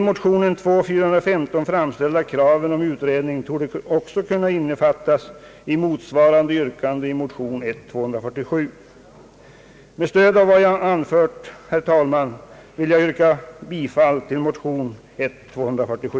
Med stöd av vad jag anfört ber jag, herr talman, att få yrka bifall till motion I: 247.